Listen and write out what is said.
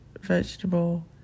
vegetable